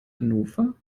hannover